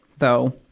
though,